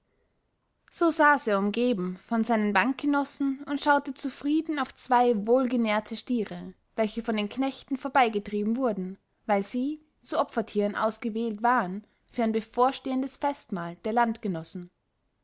so saß er umgeben von seinen bankgenossen und schaute zufrieden auf zwei wohlgenährte stiere welche von den knechten vorbeigetrieben wurden weil sie zu opfertieren ausgewählt waren für ein bevorstehendes festmahl der